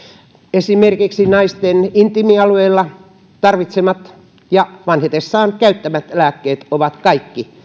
esimerkiksi naisten intiimialueilla tarvitsemat ja vanhetessaan käyttämät lääkkeet ovat kaikki